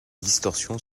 distorsion